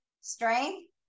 strength